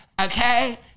okay